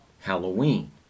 halloween